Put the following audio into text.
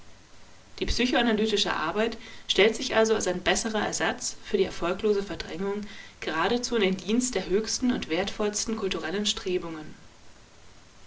die psychoanalytische arbeit stellt sich also als ein besserer ersatz für die erfolglose verdrängung geradezu in den dienst der höchsten und wertvollsten kulturellen strebungen